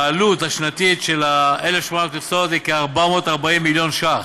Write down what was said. העלות השנתית של 1,800 משרות היא כ-440 מיליון שקלים.